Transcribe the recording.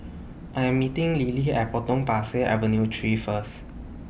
I Am meeting Lilly At Potong Pasir Avenue three First